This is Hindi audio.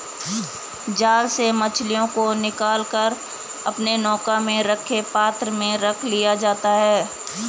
जाल से मछलियों को निकाल कर अपने नौका में रखे पात्र में रख लिया जाता है